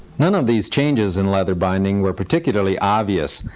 none of these changes in leather binding were particularly obvious,